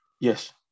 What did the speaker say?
Yes